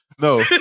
no